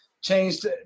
changed